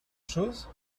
chose